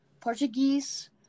Portuguese